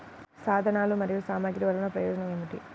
సాధనాలు మరియు సామగ్రి వల్లన ప్రయోజనం ఏమిటీ?